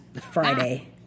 Friday